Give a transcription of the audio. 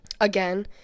again